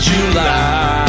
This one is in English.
July